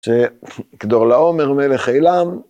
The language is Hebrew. שכדורלעומר מלך עילם,